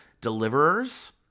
deliverers